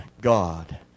God